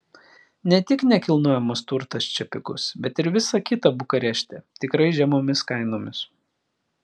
ne tik nekilnojamas turtas čia pigus bet ir visa kita bukarešte tikrai žemomis kainomis